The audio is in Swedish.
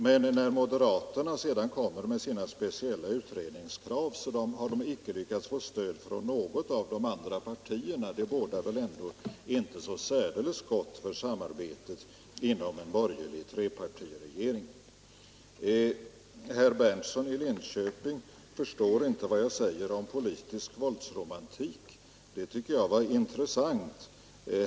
Men när moderaterna sedan har kommit med sina speciella utredningskrav har de inte lyckats få stöd för dem av något av de andra partierna, och det bådar väl inte särdeles gott för samarbetet inom en borgerlig trepartiregering! Sedan förstod inte herr Berndtson i Linköping vad jag sade om politisk våldsromantik. Det tycker jag var intressant.